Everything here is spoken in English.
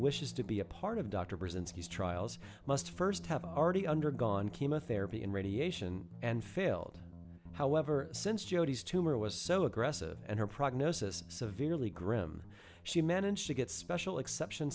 wishes to be a part of dr burzynski trials must first have already undergone chemotherapy and radiation and failed however since jodi's tumor was so aggressive and her prognosis severely grim she managed to get special exception